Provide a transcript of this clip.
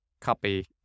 copy